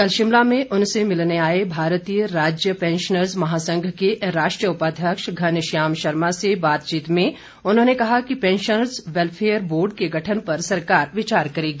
कल शिमला में उनसे मिलने आए भारतीय राज्य पेंशनर्ज महासंघ के राष्ट्रीय उपाध्यक्ष घनश्याम शर्मा से बातचीत में उन्होंने कहा कि पेंशनर्ज वैल्फेयर बोर्ड के गठन पर सरकार विचार करेगी